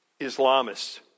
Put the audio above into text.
Islamists